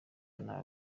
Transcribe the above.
nta